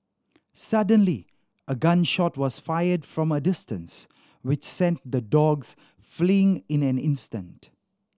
suddenly a gun shot was fired from a distance which sent the dogs fleeing in an instant